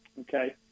Okay